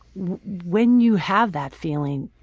when you have that feeling,